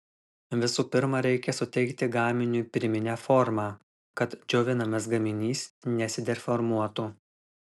visų pirma reikia suteikti gaminiui pirminę formą kad džiovinamas gaminys nesideformuotų